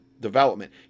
development